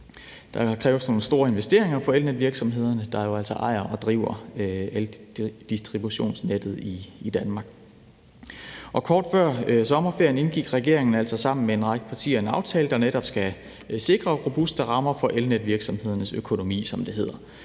Der kræves nogle store investeringer for elnetvirksomhederne, der jo altså ejer og driver eldistributionsnettet i Danmark. Kort før sommerferien indgik regeringen altså sammen med en række partier en aftale, der netop skal sikre robuste rammer for elnetvirksomhedens økonomi, som det hedder.